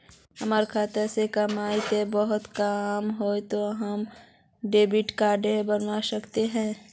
हमर साल के कमाई ते बहुत कम है ते हम डेबिट कार्ड बना सके हिये?